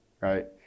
right